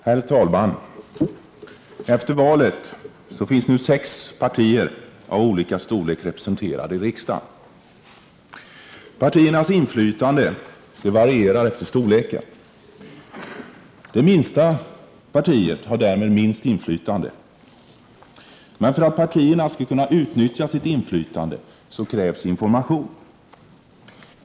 Herr talman! Efter valet finns nu sex partier av olika storlek representerade i riksdagen. Partiernas inflytande varierar efter storleken. Det minsta partiet har därmed minst inflytande. Men för att partierna skall kunna utnyttja sitt inflytande krävs information.